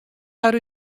har